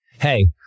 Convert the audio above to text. hey